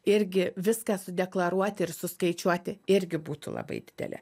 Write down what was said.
irgi viską sudeklaruoti ir suskaičiuoti irgi būtų labai didelė